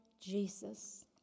Jesus